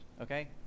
okay